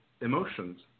emotions